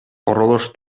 курулуш